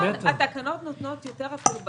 התקנות נותנות יותר אפילו,